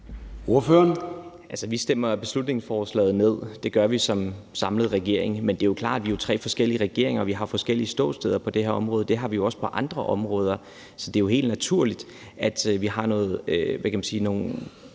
vi stemmer beslutningsforslaget ned, og det gør vi som samlet regering, men det er jo klart, at vi er tre forskellige partier, og at vi har forskellige ståsteder på det her område; det har vi jo også på andre områder. Så det er helt naturligt, at vi også har nogle